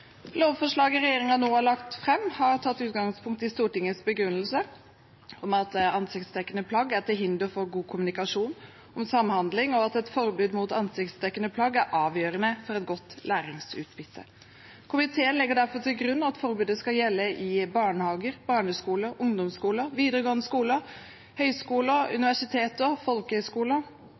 Lovforslaget regjeringen nå har lagt fram, har tatt utgangspunkt i Stortingets begrunnelse om at ansiktsdekkende plagg er til hinder for god kommunikasjon og samhandling, og at et forbud mot ansiktsdekkende plagg er avgjørende for et godt læringsutbytte. Komiteen legger derfor til grunn at forbudet skal gjelde i barnehager, på barneskoler, ungdomsskoler, videregående skoler, høyskoler, universiteter, folkehøyskoler, for lærlinger, lærekandidater og